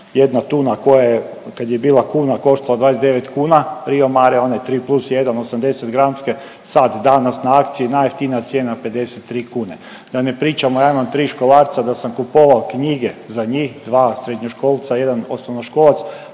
jedna tuna koja je kad je bila kuna koštala 29 kuna Rio mare, one 3+1 80 gramske, sad danas na akciji je najjeftinija cijena 53 kune. Da ne pričamo, ja imam 3 školarca da sam kupovao knjige za njih, dva srednjoškolca i jedan osnovnoškolac,